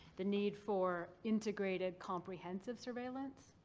the need for integrated comprehensive surveillance?